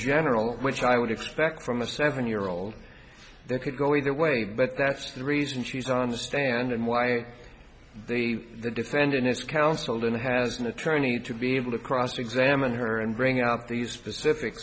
general which i would expect from a seven year old that could go either way but that's the reason she's on the stand and why they the defendant has counseled and has been a trainee to be able to cross examine her and bring out the specific